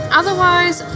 otherwise